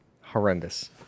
horrendous